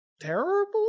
terrible